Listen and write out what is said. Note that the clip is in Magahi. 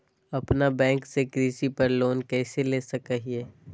अपना बैंक से कृषि पर लोन कैसे ले सकअ हियई?